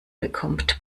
bekommt